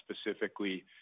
specifically